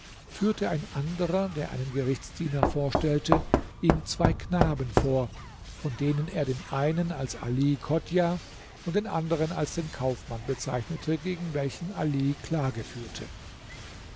führte ein anderer der einen gerichtsdiener vorstellte ihm zwei knaben vor von denen er den einen als ali chodjah und den anderen als den kaufmann bezeichnete gegen welchen ali klage führte